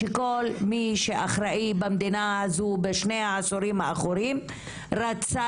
שכל מי שאחראי במדינה הזו בשני העשורים האחרונים רצה